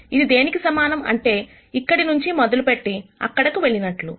ఇది దేనికి సమానం అంటే ఇక్కడి నుంచి మొదలుపెట్టి ఇక్కడకు వెళ్లినట్లు